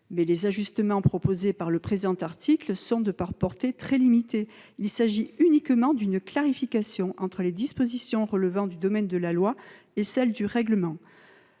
mais les ajustements proposés au présent article sont de portée très limitée. Il s'agit uniquement d'une clarification entre les dispositions relevant du domaine de la loi et celles qui